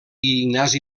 ignasi